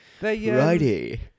Righty